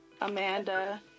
Amanda